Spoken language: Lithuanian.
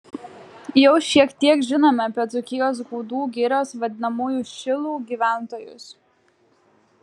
jau šiek tiek žinome apie dzūkijos gudų girios vadinamųjų šilų gyventojus